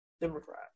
Democrat